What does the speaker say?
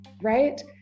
right